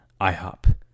IHOP